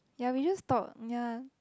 ya we just talk ya